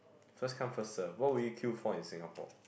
first come first serve what would you queue for in Singapore